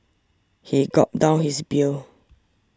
he gulped down his beer